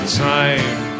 time